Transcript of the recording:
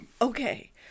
okay